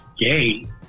gay